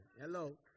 Hello